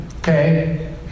Okay